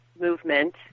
movement